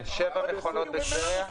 שבע מכונות בטבריה?